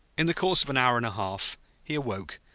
in the course of an hour and a half he awoke,